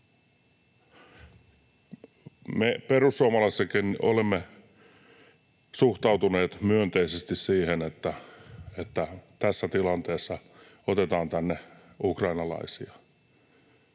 Me perussuomalaisissakin olemme suhtautuneet myönteisesti siihen, että tässä tilanteessa otetaan tänne ukrainalaisia,